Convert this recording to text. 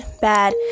bad